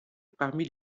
parmi